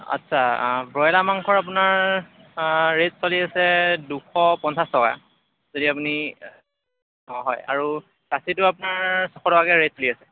আচ্ছা ব্ৰইলাৰ মাংসৰ আপোনাৰ ৰে'ট চলি আছে দুইশ পঞ্চাছ টকা যদি আপুনি অঁ হয় আৰু খাচীটো আপোনাৰ ছয়শ টকাকৈ ৰে'ট চলি আছে